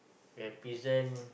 represent